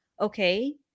okay